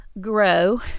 grow